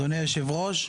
אדוני היושב-ראש,